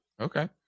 Okay